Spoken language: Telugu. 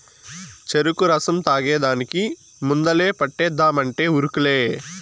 చెరుకు రసం తాగేదానికి ముందలే పంటేద్దామంటే ఉరుకులే